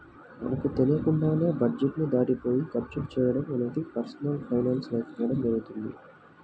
మనకు తెలియకుండానే బడ్జెట్ ని దాటిపోయి ఖర్చులు చేయడం అనేది పర్సనల్ ఫైనాన్స్ లేకపోవడం జరుగుతుంది